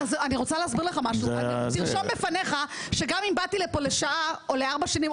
רשום בפניך שגם אם באתי פה לשעה או לארבע שנים,